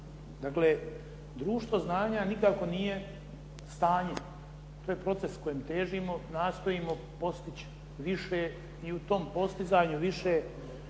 Dakle, društvo znanja nikako nije stanje, to je proces kojim težimo, nastojimo postići više i u tom postizanju više,